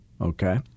okay